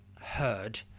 heard